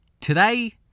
Today